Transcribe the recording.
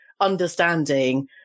understanding